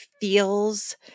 feels